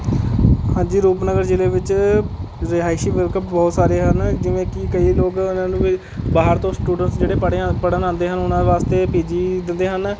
ਹਾਂਜੀ ਰੂਪਨਗਰ ਜ਼ਿਲ੍ਹੇ ਵਿੱਚ ਰਿਹਾਇਸ਼ੀ ਬਹੁਤ ਸਾਰੇ ਹਨ ਜਿਵੇਂ ਕਿ ਕਈ ਲੋਕ ਉਹਨਾਂ ਨੂੰ ਵੀ ਬਾਹਰ ਤੋਂ ਸਟੂਡੈਂਟਸ ਜਿਹੜੇ ਪੜ੍ਹੇ ਆ ਪੜ੍ਹਨ ਆਉਂਦੇ ਹਨ ਉਹਨਾਂ ਵਾਸਤੇ ਪੀ ਜੀ ਦਿੰਦੇ ਹਨ